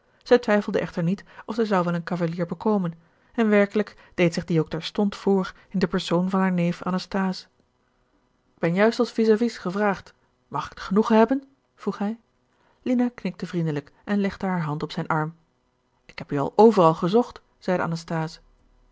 zij twijfelde echter niet of zij zou wel een cavalier bekomen en werkelijk deed zich die ook terstond voor in den persoon van haar neef anasthase k ben juist als vis-à-vis gevraagd mag ik het genoegen hebben vroeg hij lina knikte vriendelijk en legde haar hand op zijn arm ik heb u al overal gezocht zeide anasthase